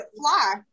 fly